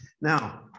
Now